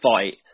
fight